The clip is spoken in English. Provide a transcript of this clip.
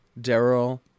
Daryl